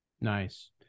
Nice